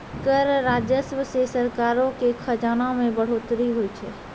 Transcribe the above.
कर राजस्व से सरकारो के खजाना मे बढ़ोतरी होय छै